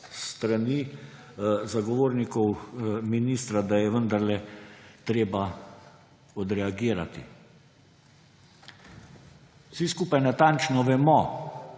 strani zagovornikov ministra, da je vendarle treba odreagirati. Vsi skupaj natančno vemo,